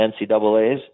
NCAAs